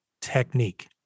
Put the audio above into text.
technique